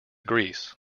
grease